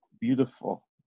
beautiful